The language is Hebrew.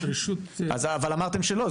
אבל אמרתם שלא,